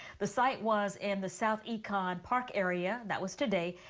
the site was in the south econ park area that was today.